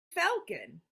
falcon